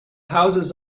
houses